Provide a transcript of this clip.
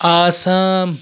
Assam